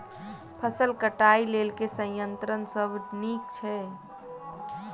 फसल कटाई लेल केँ संयंत्र सब नीक छै?